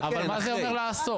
אבל מה זה אומר לאסור?